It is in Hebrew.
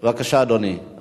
בבקשה, אדוני.